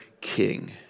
king